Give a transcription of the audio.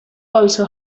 also